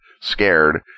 scared